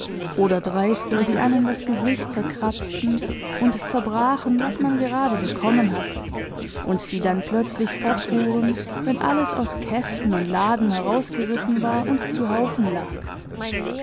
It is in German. oder dreiste die einem das gesicht zerkratzten und zerbrachen was man gerade bekommen hatte und die dann plötzlich fortfuhren wenn alles aus kästen und laden herausgerissen war und zu haufen lag